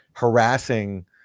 harassing